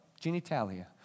genitalia